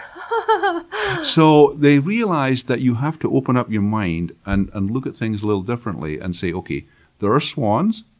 but so they realized that you have to open up your mind and and look at things a little differently and say, okay there are swans,